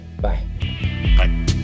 Bye